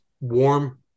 warm